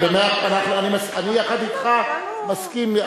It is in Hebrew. אני יחד אתך, מסכים.